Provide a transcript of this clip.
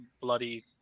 bloody